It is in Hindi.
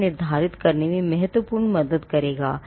यह आलेखन में महत्वपूर्ण है